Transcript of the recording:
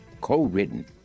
co-written